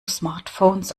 smartphones